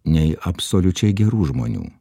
nei absoliučiai gerų žmonių